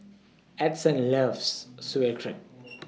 Edson loves Sauerkraut